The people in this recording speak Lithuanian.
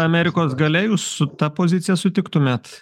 amerikos galia jūs su ta pozicija sutiktumėt